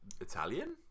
Italian